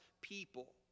people